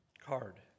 card